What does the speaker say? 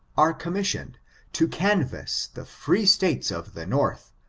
are com missioned to canvass the free states of the north,